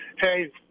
Hey